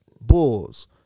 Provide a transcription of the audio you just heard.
Bulls